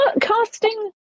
casting